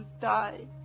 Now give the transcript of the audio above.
die